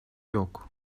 yok